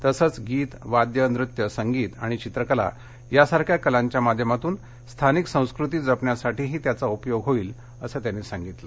तसंच गीत वाद्य नृत्य संगीत आणि चित्रकला यासारख्या कलाच्या माध्यमातून स्थानिक संस्कृती जपण्यासाठीही त्याचा उपयोग होणार असल्याचं हरणे म्हणाले